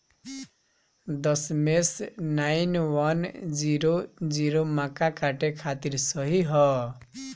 दशमेश nine one zero zero मक्का काटे खातिर सही ह?